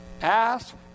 Ask